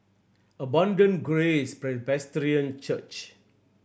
Abundant Grace Presbyterian Church